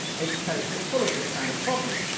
education is full of this kind of problem.